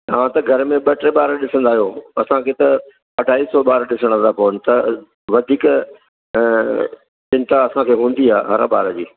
हा त घर में ॿ टे ॿार ॾिसंदा आहियो असांखे त अढाई सौ ॿार ॾिसणा था पवनि त वधीक त चिंता असांखे हूंदी आहे हर ॿार जी